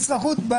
נצרכות,